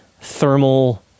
thermal